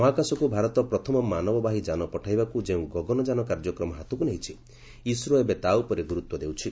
ମହାକାଶକୁ ଭାରତ ପ୍ରଥମ ମାନବବାହି ଜାନ ପଠାଇବାକୁ ଯେଉଁ ଗଗନଯାନ କାର୍ଯ୍ୟକ୍ରମ ହାତକୁ ନେଇଛି ଇସ୍ରୋ ଏବେ ତା ଉପରେ ଗୁରୁତ୍ୱ ଦେଉଛି